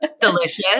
Delicious